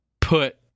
put